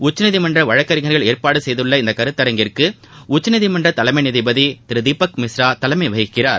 உச்சநீதிமன்றவழக்கறிஞர்கள் ஏற்பாடுசெய்துள்ள இந்தகருத்தரங்கிற்குஉச்சநீதிமன்றதலைமைநீதிபதிதிருதீபக் மிஸ்ரா தலைமைவகிக்கிறார்